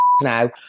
Now